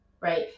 Right